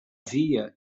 via